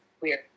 weird